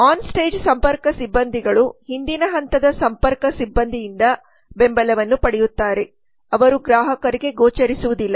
on stage ಸಂಪರ್ಕ ಸಿಬ್ಬಂದಿಗಳು ಹಿಂದಿನ ಹಂತದ ಸಂಪರ್ಕ ಸಿಬ್ಬಂದಿಯಿಂದ ಬೆಂಬಲವನ್ನು ಪಡೆಯುತ್ತಾರೆ ಅವರು ಗ್ರಾಹಕರಿಗೆ ಗೋಚರಿಸುವುದಿಲ್ಲ